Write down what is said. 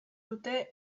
dute